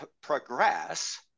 progress